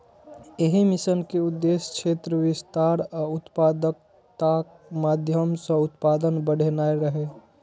एहि मिशन के उद्देश्य क्षेत्र विस्तार आ उत्पादकताक माध्यम सं उत्पादन बढ़ेनाय रहै